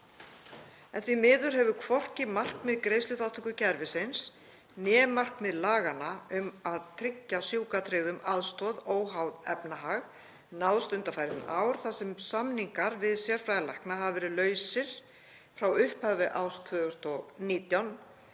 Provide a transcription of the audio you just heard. Því miður hefur hvorki markmið greiðsluþátttökukerfisins né markmið laganna um að tryggja sjúkratryggðum aðstoð óháð efnahag náðst undanfarin ár þar sem samningar við sérfræðilækna hafa verið lausir frá upphafi árs 2019,